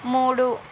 మూడు